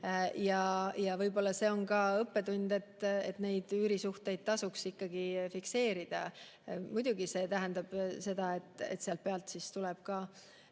Võib-olla see on ka õppetund, et neid üürisuhteid tasuks ikkagi fikseerida. Muidugi, see tähendab seda, et sealt pealt tuleb ka